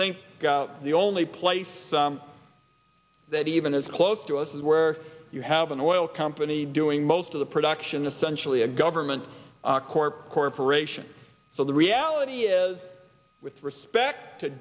think the only place that even is close to us is where you have an oil company doing most of the production essentially a government corporation so the reality is with respect to